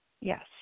Yes